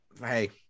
Hey